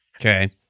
Okay